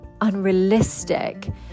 unrealistic